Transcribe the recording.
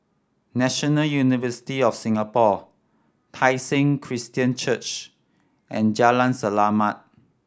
National University of Singapore Tai Seng Christian Church and Jalan Selamat